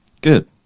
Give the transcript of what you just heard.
Good